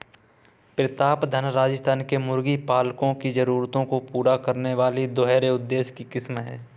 प्रतापधन राजस्थान के मुर्गी पालकों की जरूरतों को पूरा करने वाली दोहरे उद्देश्य की किस्म है